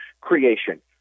creation